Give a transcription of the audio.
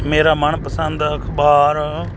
ਮੇਰਾ ਮਨ ਪਸੰਦ ਅਖ਼ਬਾਰ